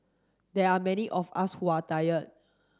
there are many of us who are tired